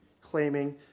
claiming